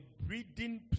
breeding